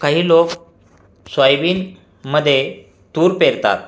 काही लोक सोयाबीनमध्ये तूर पेरतात